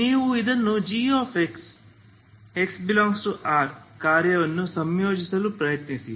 ನೀವು ಇದನ್ನು gx x∈R ಕಾರ್ಯವನ್ನು ಸಂಯೋಜಿಸಲು ಪ್ರಯತ್ನಿಸಿ